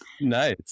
Nice